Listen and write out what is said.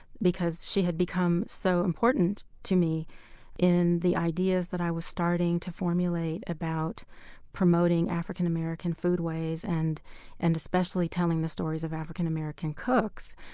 because she had become so important to me in the ideas that i was starting to formulate about promoting african american food ways and and especially telling the stories of african american cooks.